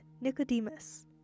Nicodemus